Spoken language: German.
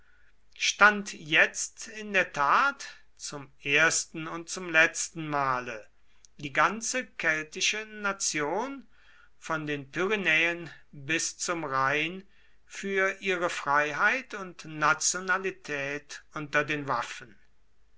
stand jetzt in der tat zum ersten und zum letzten male die ganze keltische nation von den pyrenäen bis zum rhein für ihre freiheit und nationalität unter den waffen